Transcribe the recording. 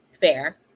Fair